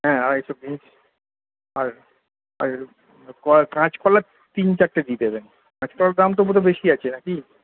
হ্যাঁ আড়াইশো বিনস আর আর কাঁচকলা তিন চারটে দিয়ে দেবেন কাঁচকলার দাম তো বোধহয় বেশী আছে নাকি